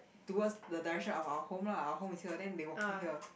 towards the direction of our home lah our home is here then they walk here